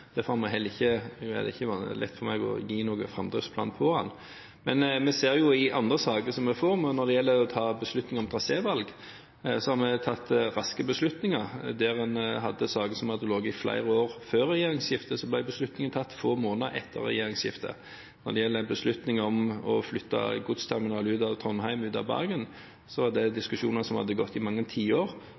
er det heller ikke lett for meg å gi noen framdriftsplan her. Men vi ser i andre saker som vi får, at når det gjelder trasévalg, har vi tatt raske beslutninger. Der en hadde saker som hadde ligget i flere år før regjeringsskiftet, ble beslutninger tatt få måneder etter regjeringsskiftet. Når det gjelder beslutning om å flytte godsterminalen ut av Trondheim og ut av Bergen, var det diskusjoner som hadde gått i mange tiår.